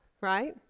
right